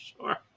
sure